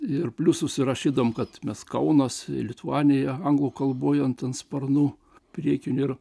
ir plius užsirašydavom kad mes kaunas lituanija anglų kalboj ant sparnų priekin ir